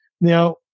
Now